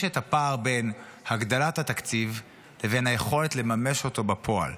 את הפער בין הגדלת התקציב לבין היכולת לממש אותו בפועל.